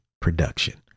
production